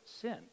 sin